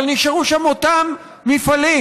אבל נשארו שם אותם מפעלים.